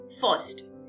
First